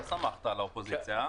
לא סמכת על האופוזיציה, אה.